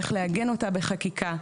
איך לעגן אותה בחקיקה.